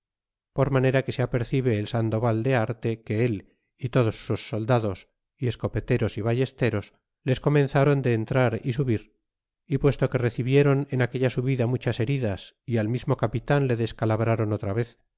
por manera que se apercibe el sandoval de arte que él y todos sus soldados y escopeteros y ballesteros les comenzron de entrar y subir y puesto que recibieron en aquella subida muchas heridas y al mismo capitan le descalabrron otra vez